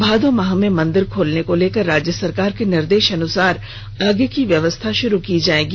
भादो माह में मंदिर खोलने को लेकर राज्य सरकार के निर्देशानुसार आगे की व्यवस्था शुरू की जाएगी